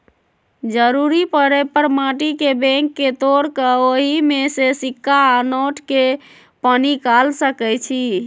जरूरी परे पर माटी के बैंक के तोड़ कऽ ओहि में से सिक्का आ नोट के पनिकाल सकै छी